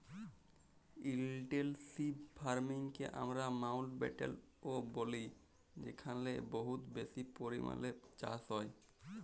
intensive farming কে আমরা মাউল্টব্যাটেল ও ব্যলি যেখালে বহুত বেশি পরিমালে চাষ হ্যয়